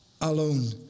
alone